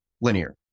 linear